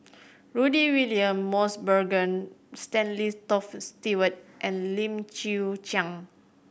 Rudy William Mosbergen Stanley Toft Stewart and Lim Chwee Chian